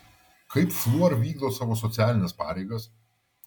kaip fluor vykdo savo socialines pareigas